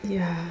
ya